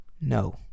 No